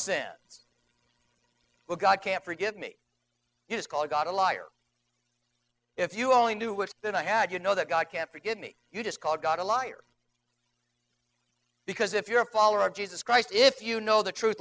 sins well god can't forgive me you just call god a liar if you only knew was that i had you know that god can't forgive me you just call god a liar because if you're a follower of jesus christ if you know the truth